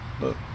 Look